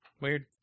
Weird